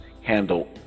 handle